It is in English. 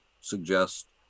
suggest